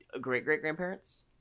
Great-great-grandparents